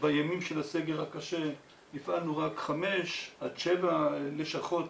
בימים של הסגר הקשה הפעלנו רק חמש עד שבע לשכות